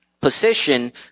position